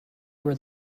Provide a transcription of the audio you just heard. where